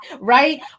right